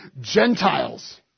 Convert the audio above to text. Gentiles